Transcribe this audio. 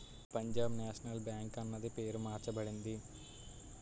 Punjab National Bank అన్నది పేరు మార్చబడింది